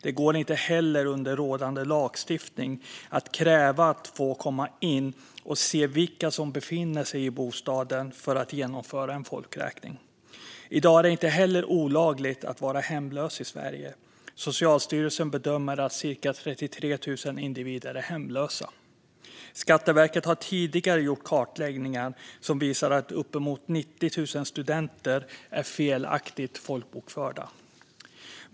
Det går inte heller under rådande lagstiftning att kräva att få komma in och se vilka som befinner sig i bostaden för att genomföra en folkräkning. I dag är det inte heller olagligt att vara hemlös i Sverige. Socialstyrelsen bedömer att cirka 33 000 individer är hemlösa. Skatteverket har tidigare gjort kartläggningar som visar att uppemot 90 000 studenter är felaktigt folkbokförda.